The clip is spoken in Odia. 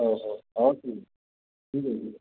ହଉ ହଉ ହଉ ଠିକ୍ ଅଛି